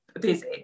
busy